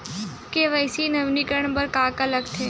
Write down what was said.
KYC नवीनीकरण बर का का लगथे?